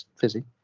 fizzy